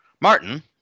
Martin